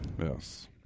Yes